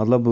مطلب